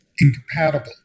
incompatible